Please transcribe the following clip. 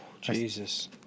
Jesus